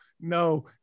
no